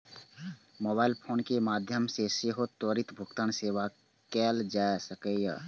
mobile phone के माध्यम सं सेहो त्वरित भुगतान सेवा कैल जा सकैए